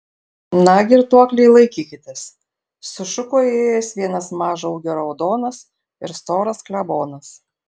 na girtuokliai laikykitės sušuko įėjęs vienas mažo ūgio raudonas ir storas klebonas